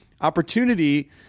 opportunity